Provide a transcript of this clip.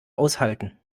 aushalten